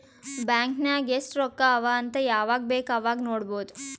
bank ನಾಗ್ ಎಸ್ಟ್ ರೊಕ್ಕಾ ಅವಾ ಅಂತ್ ಯವಾಗ ಬೇಕ್ ಅವಾಗ ನೋಡಬೋದ್